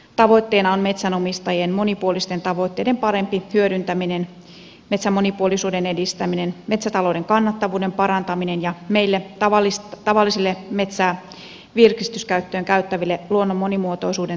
tavoitteena on metsänomistajien monipuolisten tavoitteiden parempi hyödyntäminen metsän monipuolisuuden edistäminen metsätalouden kannattavuuden parantaminen ja meille tavallisille metsää virkistykseen käyttäville luonnon monimuotoisuuden turvaaminen